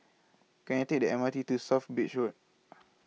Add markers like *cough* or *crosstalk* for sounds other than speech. Can I Take The M R T to South Bridge Road *noise*